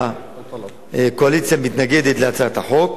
והקואליציה מתנגדת להצעת החוק.